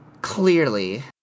clearly